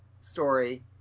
story